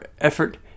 effort